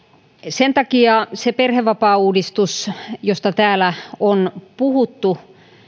sen takia se perhevapaauudistus josta täällä on puhuttu